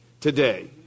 today